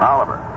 Oliver